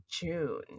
June